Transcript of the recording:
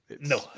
No